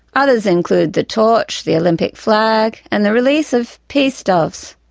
others include the torch, the olympic flag, and the release of peace doves.